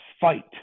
fight